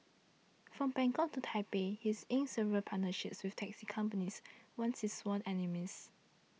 from Bangkok to Taipei he's inked several partnerships with taxi companies once its sworn enemies